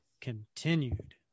continued